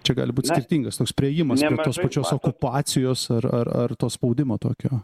čia gali būt skirtingas toks priėjimas prie tos pačios okupacijos ar ar ar to spaudimo tokio